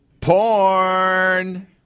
Porn